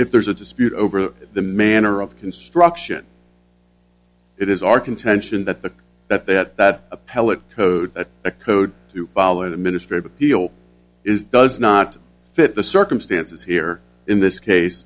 if there's a dispute over the manner of construction it is our contention that the that that that appellate code that the code to follow the ministry of appeal is does not fit the circumstances here in this case